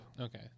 Okay